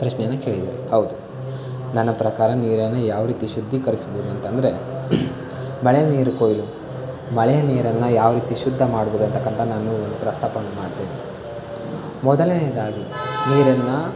ಪ್ರಶ್ನೆಯನ್ನು ಕೇಳಿದ್ದೀರ ಹೌದು ನನ್ನ ಪ್ರಕಾರ ನೀರನ್ನು ಯಾವ ರೀತಿ ಶುದ್ಧೀಕರಿಸ್ಬೋದು ಅಂತಂದರೆ ಮಳೆ ನೀರು ಕೊಯ್ಲು ಮಳೆ ನೀರನ್ನು ಯಾವ ರೀತಿ ಶುದ್ಧ ಮಾಡಬೋದಂತಕಂತ ನಾನು ಒಂದು ಪ್ರಸ್ತಾಪವನ್ನು ಮಾಡ್ತೇನೆ ಮೊದಲನೆಯದಾಗಿ ನೀರನ್ನು